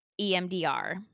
EMDR